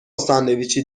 ساندویچی